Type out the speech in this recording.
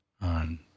on